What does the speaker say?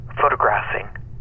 photographing